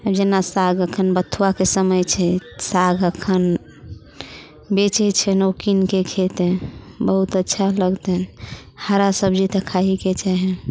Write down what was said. आब जेना साग अखन बथुआके समय छै साग अखन बेचैत छै लोग कीनके खेतै बहुत अच्छा लगतै हरा सब्जी तऽ खा ही के चाही